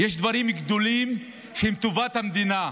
יש דברים גדולים שהם טובת המדינה.